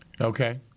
Okay